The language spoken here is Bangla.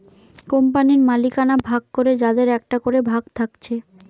কোম্পানির মালিকানা ভাগ করে যাদের একটা করে ভাগ থাকছে